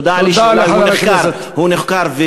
נודע לי שאולי הוא נחקר,